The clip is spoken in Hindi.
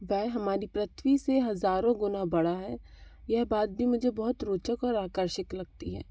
वह हमारी पृथ्वी से हज़ारों गुना बड़ा है यह बात भी मुझे बहुत रोचक और आकर्षिक लगती है